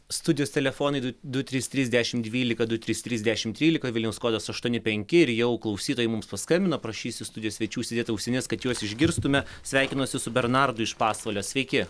studijos telefonai du du trys trys dešim dvylika du trys trys dešim trylika vilniaus kodas aštuoni penki ir jau klausytojai mums paskambino prašysiu studijos svečių užsidėt ausines kad juos išgirstume sveikinuosi su bernardu iš pasvalio sveiki